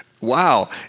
wow